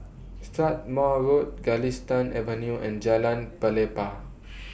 Strathmore Road Galistan Avenue and Jalan Pelepah